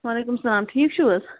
وعلیکم سلام ٹھیٖک چھَو حَظ